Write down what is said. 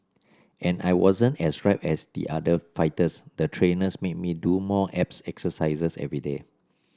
as I wasn't as ripped as the other fighters the trainers made me do more abs exercises everyday